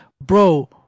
bro